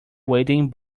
wading